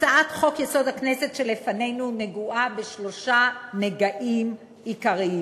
הצעת חוק-יסוד: הכנסת שלפנינו נגועה בשלושה נגעים עיקריים: